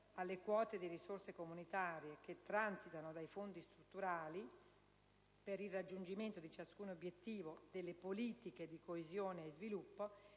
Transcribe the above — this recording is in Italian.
alle quote di risorse comunitarie che transitano dai fondi strutturali per il raggiungimento di ciascun obiettivo delle politiche di coesione e sviluppo,